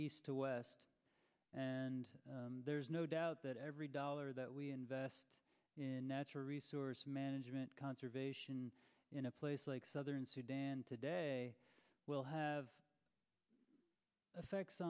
east to west and there's no doubt that every dollar that we invest in natural resource management conservation in a place like southern sudan today will have affects